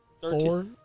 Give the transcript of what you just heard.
four